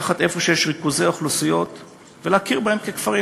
לקחת ריכוזי אוכלוסיות ולהכיר בהם ככפרים,